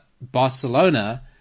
Barcelona